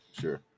Sure